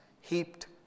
heaped